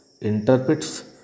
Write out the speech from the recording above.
interprets